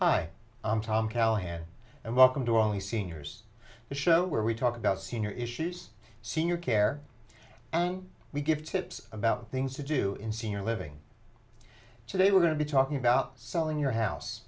i i'm tom callahan and welcome to all the seniors the show where we talk about senior issues senior care and we give tips about things to do in senior living today we're going to be talking about selling your house